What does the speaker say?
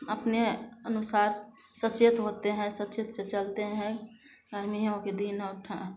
अपने अनुसार सचेत होते हैं सचेत से चलते हैं गर्मियों के दिन और